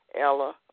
Ella